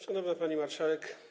Szanowna Pani Marszałek!